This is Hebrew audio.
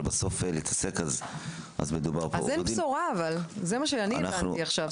אבל אין בשורה, זה מה שהבנתי עכשיו.